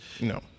No